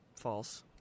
false